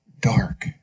dark